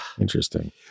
interesting